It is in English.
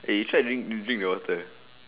eh you tried doing to drink the water